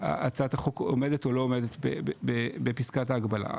הצעת החוק עומדת או לא עומדת בפסקת ההגבלה?